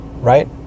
right